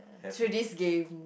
through this game